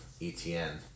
ETN